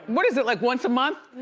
what is it like once a month?